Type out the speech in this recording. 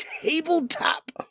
tabletop